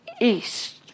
east